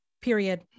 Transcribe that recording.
period